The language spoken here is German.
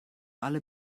alle